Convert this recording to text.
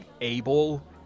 able